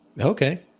Okay